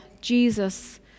Jesus